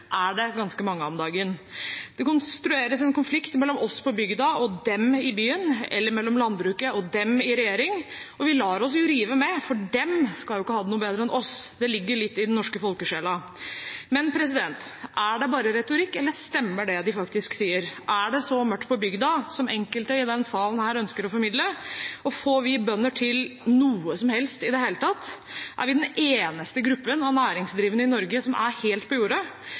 er det ganske mange av om dagen. Det konstrueres en konflikt mellom oss på bygda og dem i byen, eller mellom landbruket og dem i regjering, og vi lar oss rive med – for «dem» skal ikke ha det noe bedre enn oss. Det ligger litt i den norske folkesjela. Er det bare retorikk, eller stemmer det de faktisk sier? Er det så mørkt på bygda som enkelte i denne sal ønsker å formidle? Og får vi bønder til noe som helst i det hele tatt? Er vi den eneste gruppen av næringsdrivende i Norge som er helt på jordet?